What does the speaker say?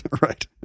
Right